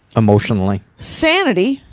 emotionally? sanity.